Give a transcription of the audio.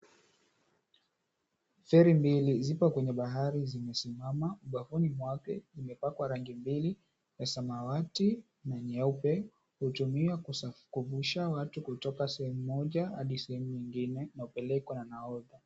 Ferri mbili zipo kwenye bahari zimesimama kwa ufundi wake. Limepakwa rangi mbili ya samawati na nyeupe hutumiwa kuvushia watu kutoka sehemu moja hadi sehemu nyingine na upelekwa na Nahodha.